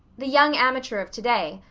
the young amateur of to-day,